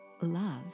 love